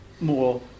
more